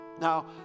Now